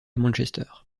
manchester